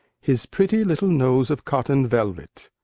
his pretty little nose of cotton velvet.